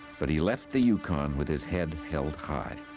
but he left the yukon with his head held high.